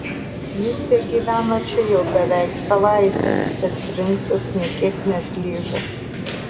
micė gyveno čia jau beveik savaitę bet princas nė kiek neatlyžo